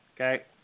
Okay